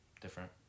Different